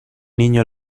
niño